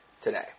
today